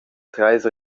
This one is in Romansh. treis